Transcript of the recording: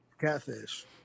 Catfish